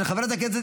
של חברי הכנסת